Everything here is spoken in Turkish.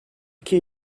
iki